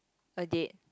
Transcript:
a date